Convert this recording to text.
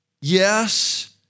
Yes